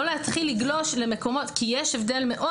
לא להתחיל לגלוש למקומות אחרים כי יש הבדל מאוד